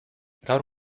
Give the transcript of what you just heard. gaur